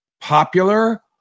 popular